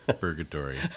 purgatory